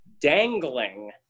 dangling